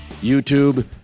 YouTube